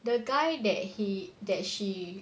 the guy that he that she